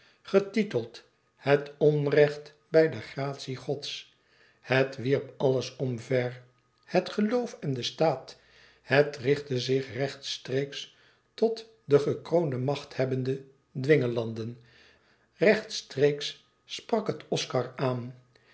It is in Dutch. getiteld het onrecht bij de gratie gods het wierp alles omver het geloof en den staat het richtte zich rechtstreeks tot de gekroonde machthebbende dwingelanden rechtstreeks sprak het oscar aan